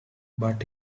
but